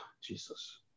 Jesus